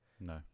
No